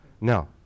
No